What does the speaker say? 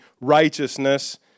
righteousness